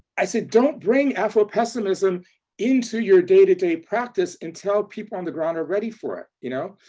i said, don't bring afropessimism into your day to day practice until people on the ground are ready for it, you know?